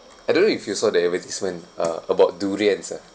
I don't know if you saw the advertisement uh about durians ah